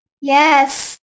yes